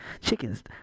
chicken's